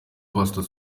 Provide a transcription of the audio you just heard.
pastor